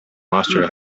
monster